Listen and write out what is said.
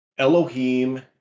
Elohim